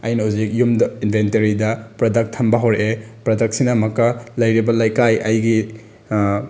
ꯑꯩꯅ ꯍꯧꯖꯤꯛ ꯌꯨꯝꯗ ꯏꯟꯚꯦꯟꯇꯔꯤꯗ ꯄ꯭ꯔꯗꯛ ꯊꯝꯕ ꯍꯧꯔꯛꯑꯦ ꯄ꯭ꯔꯗꯛꯁꯤꯅ ꯑꯃꯨꯛꯀ ꯂꯩꯔꯤꯕ ꯂꯩꯀꯥꯏ ꯑꯩꯒꯤ